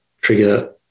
trigger